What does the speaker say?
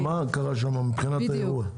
מה קרה שם מבחינת האירוע?